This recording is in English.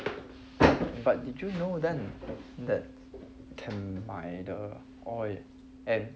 but did you know then the can 买 the oil and